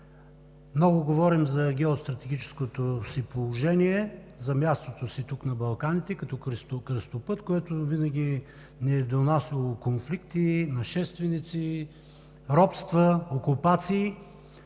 Много говорим за геостратегическото си положение, за мястото си тук на Балканите като кръстопът, което винаги ни е донасяло конфликти, нашественици, робства, окупации.